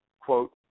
quote